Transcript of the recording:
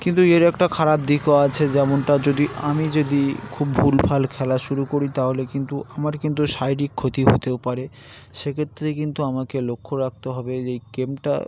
কিন্তু এর একটা খারাপ দিকও আছে যেমনটা যদি আমি যদি খুব ভুলভাল খেলা শুরু করি তাহলে কিন্তু আমার কিন্তু শারীরিক ক্ষতি হতেও পারে সেক্ষেত্রে কিন্তু আমাকে লক্ষ্য রাখতে হবে এই গেমটা